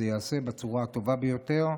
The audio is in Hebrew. זה ייעשה בצורה הטובה ביותר.